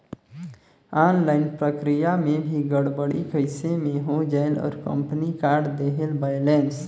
Online प्रक्रिया मे भी गड़बड़ी कइसे मे हो जायेल और कंपनी काट देहेल बैलेंस?